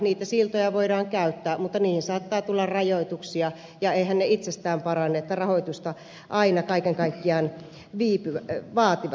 niitä siltoja voidaan käyttää mutta niihin saattaa tulla rajoituksia ja eiväthän ne itsestään parane niin että rahoitusta aina kaiken kaikkiaan vaativat